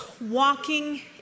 walking